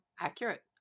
accurate